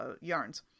yarns